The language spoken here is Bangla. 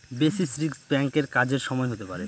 বেসিস রিস্ক ব্যাঙ্কের কাজের সময় হতে পারে